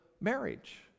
marriage